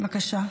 בבקשה.